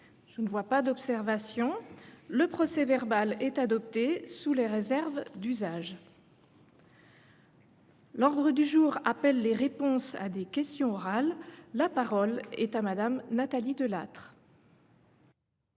Il n’y a pas d’observation ?… Le procès-verbal est adopté sous les réserves d’usage. L’ordre du jour appelle les réponses à des questions orales. La parole est à Mme Nathalie Delattre,